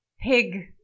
pig